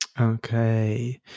Okay